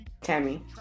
Tammy